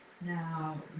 now